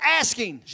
asking